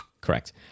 Correct